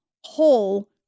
Whole